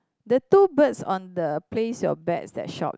the two birds on the place your bets that shop